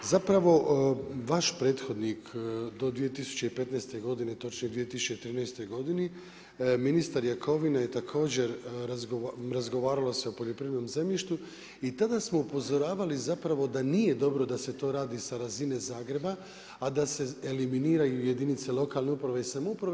Zapravo vaš prethodnik do 2015. god. točnije 2013. godini, ministar Jakovini je također, razgovaralo se o poljoprivrednim zemljištu i tada smo upozoravali zapravo da nije dobro da se to radi sa razine Zagreba, a da se eliminiraju jedinice lokalne uprave i samouprave.